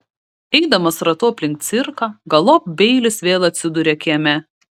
eidamas ratu aplink cirką galop beilis vėl atsiduria kieme